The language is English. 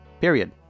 Period